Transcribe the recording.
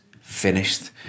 finished